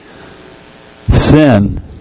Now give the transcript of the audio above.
sin